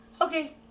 okay